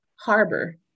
harbor